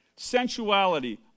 sensuality